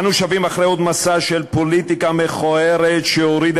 אנו שבים אחרי עוד מסע של פוליטיקה מכוערת שהורידה